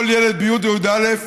כל ילד בי' או י"א